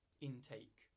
intake